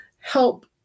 help